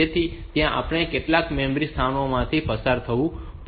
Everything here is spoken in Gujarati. તેથી ત્યાં આપણે કેટલાક મેમરી સ્થાનોમાંથી પસાર થવું પડશે